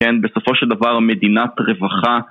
בסופו של דבר מדינת רווחה